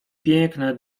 piękne